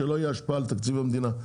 שלא תהיה השפעה על תקציב המדינה,